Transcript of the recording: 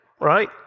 right